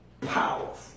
Powerful